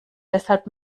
deshalb